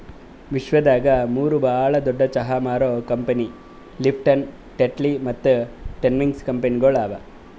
ವಿಶ್ವದಾಗ್ ಮೂರು ಭಾಳ ದೊಡ್ಡು ಚಹಾ ಮಾರೋ ಕಂಪನಿ ಲಿಪ್ಟನ್, ಟೆಟ್ಲಿ ಮತ್ತ ಟ್ವಿನಿಂಗ್ಸ್ ಕಂಪನಿಗೊಳ್ ಅವಾ